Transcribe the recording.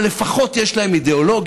אבל לפחות יש להם אידיאולוגיה,